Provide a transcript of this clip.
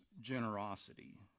generosity